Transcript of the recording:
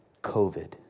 COVID